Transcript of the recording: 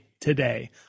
today